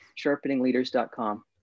sharpeningleaders.com